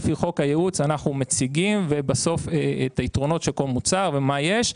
על פי חוק הייעוץ אנחנו מציגים ובסוף את היתרונות של כל מוצר ומה יש.